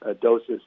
doses